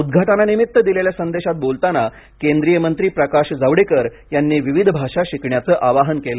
उद्घाटनानिमित्त दिलेल्या संदेशात बोलताना केंद्रीय मंत्री प्रकाश जावडेकर यांनी विविध भाषा शिकण्याचं आवाहन केलं